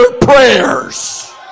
prayers